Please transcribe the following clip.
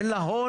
אין לה הון.